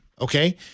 Okay